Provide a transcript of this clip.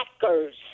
hackers